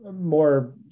more